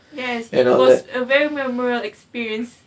yes it was a very memorable experience